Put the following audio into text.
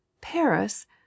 Paris